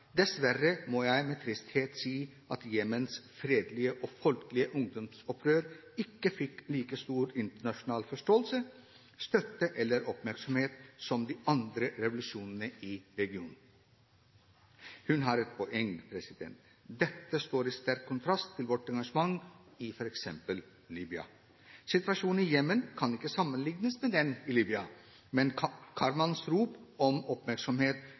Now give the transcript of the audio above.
Dessverre må jeg med tristhet si at Jemens fredelige og folkelige ungdomsrevolusjon ikke fikk like stor internasjonal forståelse, støtte eller oppmerksomhet som de andre revolusjonene i regionen. Hun har et poeng. Dette står i sterk kontrast til vårt engasjement i f.eks. Libya. Situasjonen i Jemen kan ikke sammenlignes med den i Libya, men Karmans rop om oppmerksomhet